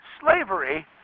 slavery